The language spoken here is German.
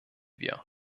wir